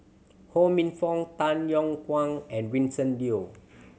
Ho Minfong Tan Yong Kwang and Vincent Leow